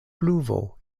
pluvo